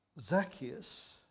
Zacchaeus